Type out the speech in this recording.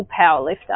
powerlifter